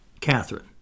Catherine